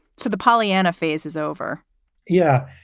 so the pollyanna phase is over yeah,